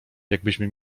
jakbyśmy